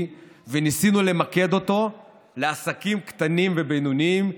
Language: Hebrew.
וניסינו למקד אותו בעסקים קטנים ובינוניים,